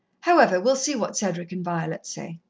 however, we'll see what cedric and violet say.